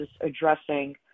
addressing